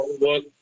work